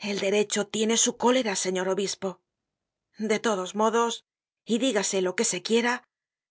el derecho tiene su cólera señor obispo de todos modos y dígase lo que se quiera